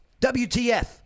WTF